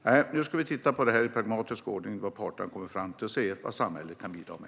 Nej, vi ska i pragmatisk ordning titta på vad parterna har kommit fram till och se vad samhället kan bidra med.